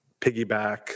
piggyback